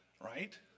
Right